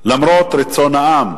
למרות רצון העם,